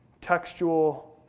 textual